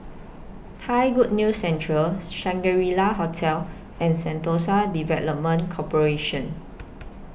Thai Good News Centre Shangri La Hotel and Sentosa Development Corporation